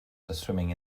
swimming